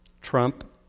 Trump